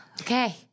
Okay